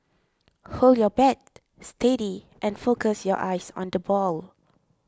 hold your bat steady and focus your eyes on the ball